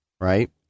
right